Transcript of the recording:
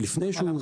לפני שהוא קובע.